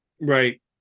Right